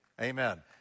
Amen